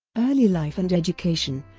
early life and education